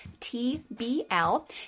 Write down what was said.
TBL